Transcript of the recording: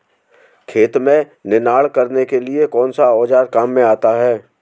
खेत में निनाण करने के लिए कौनसा औज़ार काम में आता है?